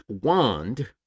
wand